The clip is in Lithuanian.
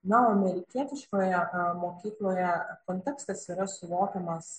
na o amerikietiškoje mokykloje kontekstas yra suvokiamas